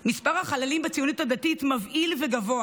מספר החללים בציונות הדתית מבהיל וגבוה,